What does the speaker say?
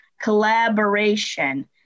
collaboration